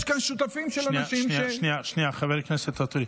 יש כאן שותפים של אנשים, שנייה, חבר הכנסת ואטורי.